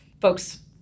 folks